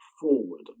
forward